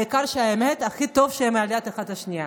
האמת שהכי טוב שהן אחת ליד השנייה,